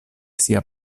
sia